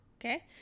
okay